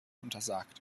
untersagt